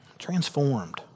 Transformed